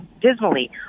dismally